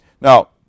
Now